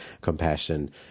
compassion